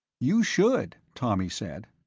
you should, tommy said.